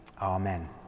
Amen